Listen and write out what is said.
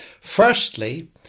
Firstly